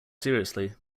seriously